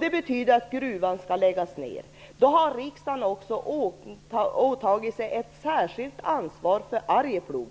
Det betyder att gruvan skall läggas ned. Därför har riksdagen åtagit sig ett särskilt ansvar för Arjeplog.